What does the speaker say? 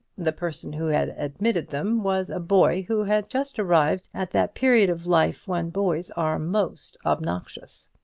the person who had admitted them was a boy who had just arrived at that period of life when boys are most obnoxious.